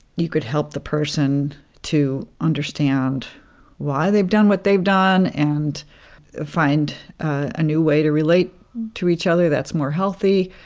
you could help the person to understand why they've done what they've done and find a new way to relate to each other that's more healthy.